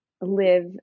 live